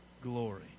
glory